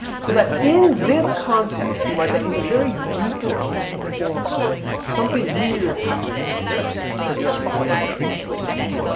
so that in this context, you might say in the very deepest form of context, something weird happens to the idea of influence.